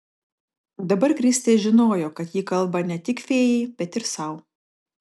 dabar kristė žinojo kad ji kalba ne tik fėjai bet ir sau